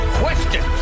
question